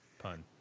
pun